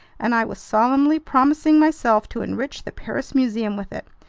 and i was solemnly promising myself to enrich the paris museum with it,